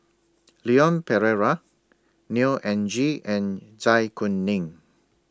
Leon Perera Neo Anngee and Zai Kuning